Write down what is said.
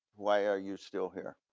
why are you still here?